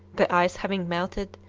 the ice having melted,